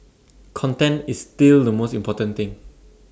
content is still the most important thing